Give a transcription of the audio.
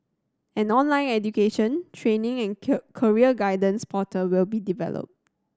an online education training and career guidance portal will be developed